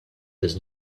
does